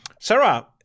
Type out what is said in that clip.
Sarah